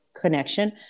connection